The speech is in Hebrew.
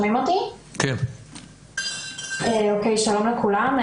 שלום לכולם,